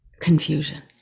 confusion